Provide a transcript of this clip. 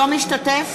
אינו משתתף